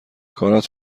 کارت